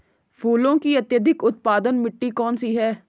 फूलों की अत्यधिक उत्पादन मिट्टी कौन सी है?